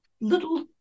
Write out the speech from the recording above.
little